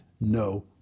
no